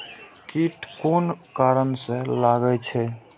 कीट कोन कारण से लागे छै?